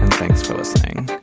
thanks for listening